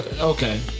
Okay